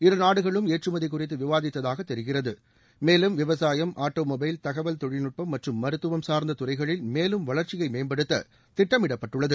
இருநாடுகளும் ஏற்றுமதி குறித்து விவாதித்ததாக தெரிகிறது மேலும் விவசாயம் ஆட்டோமொபைல் தகவல் தொழில்நுட்பம் மற்றும் மருத்துவம் சார்ந்த துறைகளில் மேலும் வளர்ச்சியை மேப்படுத்த திட்டமிடப்பட்டுள்ளது